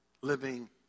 living